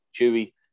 Chewy